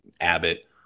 Abbott